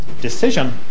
decision